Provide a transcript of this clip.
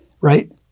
right